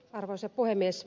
arvoisa puhemies